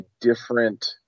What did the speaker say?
different